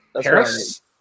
Paris